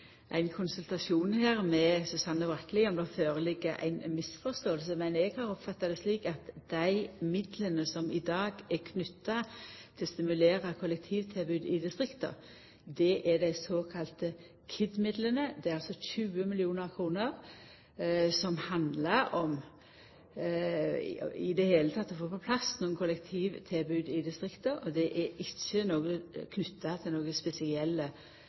ein konsultasjon med Susanne Bratli om det ligg føre ei misforståing. Men eg har oppfatta det slik at dei midlane som i dag er knytte til å stimulera kollektivtilbodet i distrikta, er dei såkalla KID-midlane. Det er altså 20 mill. kr som handlar om i det heile å få på plass noko kollektivtilbod i distrikta, og dei er ikkje knytte til